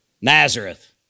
Nazareth